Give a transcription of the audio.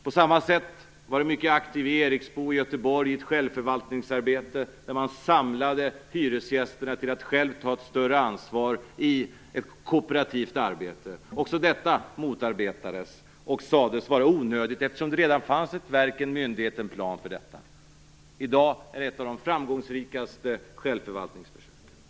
På samma sätt har jag varit mycket aktiv i Eriksbo i Göteborg i ett självförvaltningsarbete där man samlade hyresgästerna till att själva ta ett större ansvar i ett kooperativt arbete. Också detta motarbetades och sades vara onödigt eftersom det redan fanns ett verk, en myndighet och en plan för detta. I dag är det ett av de mest framgångsrika självförvaltningsförsöken.